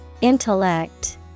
Intellect